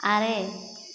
ᱟᱨᱮ